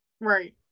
Right